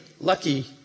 lucky